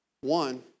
One